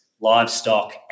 livestock